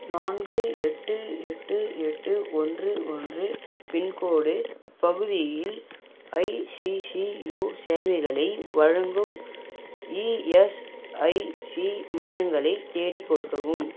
நான்கு எட்டு எட்டு எட்டு ஒன்று ஒன்று பின்கோட் பகுதியில் ஐசிசியூ சேவைகளை வழங்கும் இஎஸ்ஐசி மையங்களை தேடிக் கொடுக்கவும்